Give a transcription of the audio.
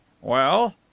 Well